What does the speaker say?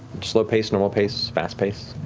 slow pace, normal pace, fast pace?